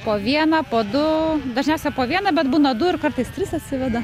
po vieną po du dažniausiai po vieną bet būna du ir kartais tris atsiveda